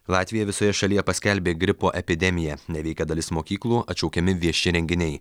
latvija visoje šalyje paskelbė gripo epidemiją neveikia dalis mokyklų atšaukiami vieši renginiai